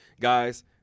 Guys